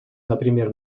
например